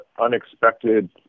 unexpected